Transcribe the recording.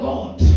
God